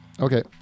Okay